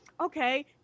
okay